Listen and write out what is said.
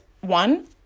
one